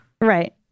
Right